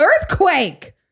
earthquake